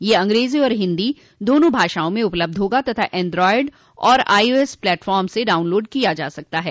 ये अंग्रेजी और हिंदी दोनों भाषा में उपलब्ध होगा तथा एंडॉयड और आईओएस प्लेटफार्म से डाउनलोड किया जा सकता है